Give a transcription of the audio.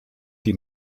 die